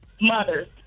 Mothers